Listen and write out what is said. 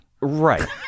Right